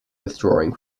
withdrawing